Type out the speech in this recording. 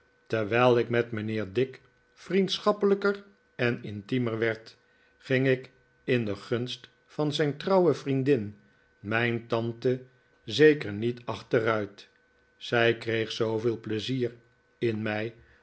terwijl ik met mijnheer dick vriendschappelijker en intiemer werd ging ik in de gunst van zijn trouwe vriendin mijn tante zeker niet achteruit zij kreeg zooveel pleizier in mij